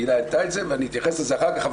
תהלה העלתה את זה ואתייחס לזה אחר כך,